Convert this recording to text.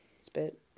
spit